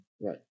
Right